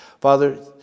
Father